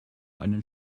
einen